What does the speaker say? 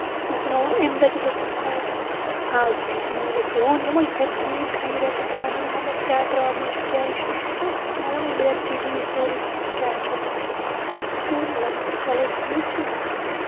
تہٕ یِمو ووٚن اَمہِ دۄہ تہِ دوٚپُکھ ہُہ آز تہِ ہیٚکہِ نہٕ مِلِتھ کیٚنہہ ووٚن یمو یِتھٕے پٲٹھۍ یہِ یِم فی رٮ۪تہٕ ٲسۍ وَنن مطلب کیاہ پرابلِم چھِ کیاہ اِشوٗ چھُ تہٕ یِمو ووٚن اَمہِ ریٚتہٕ تہِ یی سورُے قصہٕ کیاہ چھُ تہٕ مےٚ دوٚپُکھ چلو ٹھیٖک چھُ